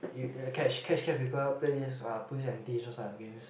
we will catch catch people play this police and theives these kind of things